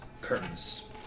curtains